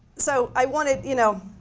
so, i wanted, you know,